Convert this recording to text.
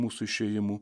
mūsų išėjimu